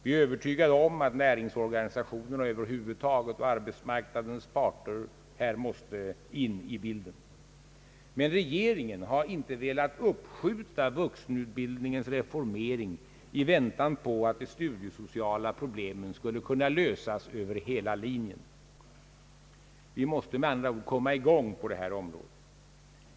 Vi är övertygade om att näringsorganisationerna över huvud taget och arbetsmarknadens parter här måste komma in i bilden. Men regeringen har inte velat uppskjuta vuxenutbildningens reformering i väntan på att de studiesociala problemen skall kunna lösas över hela linjen. Vi måste med andra ord komma i gång på detta viktiga område.